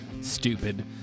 stupid